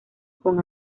con